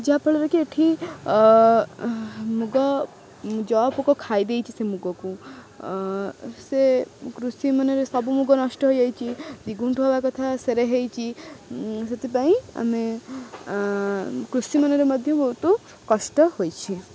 ଯାହାଫଳରେ କି ଏଇଠି ମୁଗ ଜଉ ପୋକ ଖାଇ ଦେଇଛି ସେ ମୁଗକୁ ସେ କୃଷି ମନରେ ସବୁ ମୁଗ ନଷ୍ଟ ହୋଇଯାଇଛି ଦୁଇ ଗୁଣ୍ଠ ହବା କଥା ସେରେ ହେଇଛି ସେଥିପାଇଁ ଆମେ କୃଷି ମନରେ ମଧ୍ୟ ବହୁତ କଷ୍ଟ ହୋଇଛି